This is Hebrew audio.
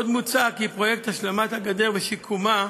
עוד מוצע כי פרויקט השלמת הגדר ושיקומה